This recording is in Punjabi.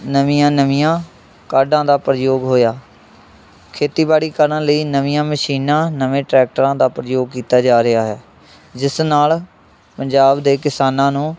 ਨਵੀਆਂ ਨਵੀਆਂ ਕਾਢਾਂ ਦਾ ਪ੍ਰਯੋਗ ਹੋਇਆ ਖੇਤੀਬਾੜੀ ਕਰਨ ਲਈ ਨਵੀਆਂ ਮਸ਼ੀਨਾਂ ਨਵੇਂ ਟਰੈਕਟਰਾਂ ਦਾ ਪ੍ਰਯੋਗ ਕੀਤਾ ਜਾ ਰਿਹਾ ਹੈ ਜਿਸ ਨਾਲ਼ ਪੰਜਾਬ ਦੇ ਕਿਸਾਨਾਂ ਨੂੰ